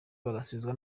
bagasubizwa